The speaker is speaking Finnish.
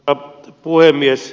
arvoisa puhemies